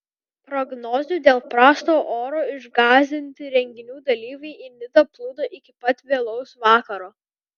prognozių dėl prasto oro išgąsdinti renginių dalyviai į nidą plūdo iki pat vėlaus vakaro